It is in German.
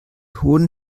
hohen